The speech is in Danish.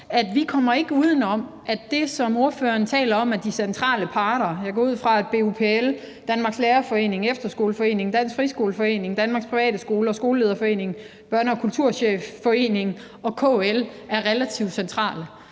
vi kommer uden om, at de centrale parter, som ordføreren taler om – jeg går ud fra, at BUPL, Danmarks Lærerforening, Efterskoleforeningen, Dansk Friskoleforening, Danmarks Private Skoler, Skolelederforeningen, Børne- og Kulturchefforeningen og KL er relativt centrale